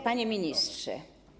Panie Ministrze!